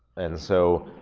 and so,